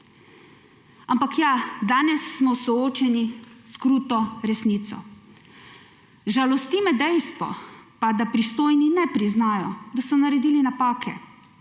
Ampak ja, danes smo soočeni s kruto resnico. Žalosti me dejstvo, da pristojni ne priznajo, da so naredili napake.